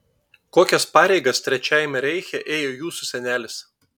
kokias pareigas trečiajame reiche ėjo jūsų senelis